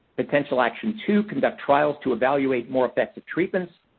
potential action two, conduct trials to evaluate more effective treatments.